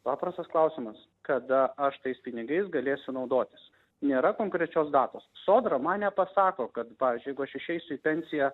paprastas klausimas kada aš tais pinigais galėsiu naudotis nėra konkrečios datos sodra man nepasako kad pavyzdžiui jeigu aš išeisiu į pensiją